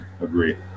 agree